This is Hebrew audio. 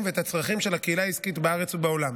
ואת הצרכים של הקהילה העסקית בארץ ובעולם.